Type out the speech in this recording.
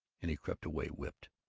and he crept away, whipped.